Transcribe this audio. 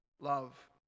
love